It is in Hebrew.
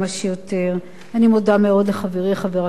אני מודה מאוד לחברי חבר הכנסת חיים כץ,